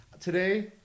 today